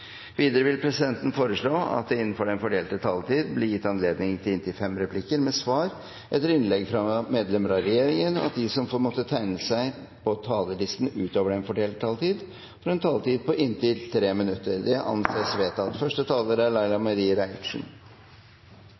Videre vil presidenten foreslå at det – innenfor den fordelte taletid – blir gitt anledning til inntil fem replikker med svar etter innlegg fra medlemmer av regjeringen, og at de som måtte tegne seg på talerlisten utover den fordelte taletid, får en taletid på inntil 3 minutter. – Det anses vedtatt.